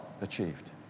achieved